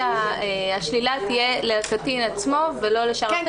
אבל השלילה תהיה לקטין עצמו ולא לשאר את